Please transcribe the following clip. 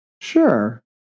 Sure